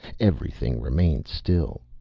everything remained still.